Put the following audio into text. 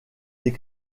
des